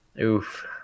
Oof